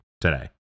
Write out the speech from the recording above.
today